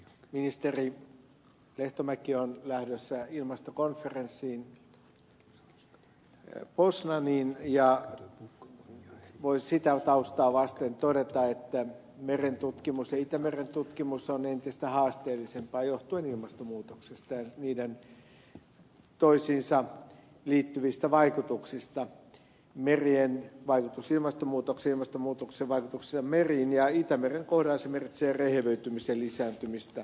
ministeri lehtomäki on lähdössä ilmastokonferenssiin poznaniin ja sitä taustaa vasten voi todeta että merentutkimus ja itämeren tutkimus on entistä haasteellisempaa johtuen ilmastonmuutoksesta ja niiden toisiinsa liittyvistä vaikutuksista merien vaikutuksesta ilmastonmuutokseen ja ilmastonmuutoksen vaikutuksesta meriin ja itämeren kohdalla se merkitsee rehevöitymisen lisääntymistä